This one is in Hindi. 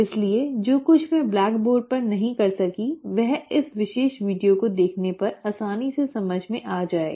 इसलिए जो कुछ मैं ब्लैकबोर्ड पर नहीं कर सकी वह इस विशेष वीडियो को देखने पर आसानी से समझ में आ जाएगा